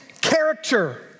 character